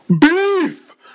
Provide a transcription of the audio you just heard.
Beef